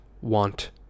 want